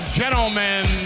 gentlemen